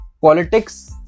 politics